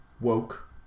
woke